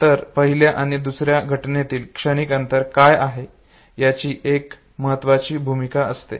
तर पहिल्या आणि दुसर्या घटनेतील क्षणिक अंतर काय आहे याची एक महत्वाची भूमिका असते